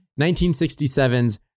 1967's